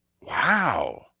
Wow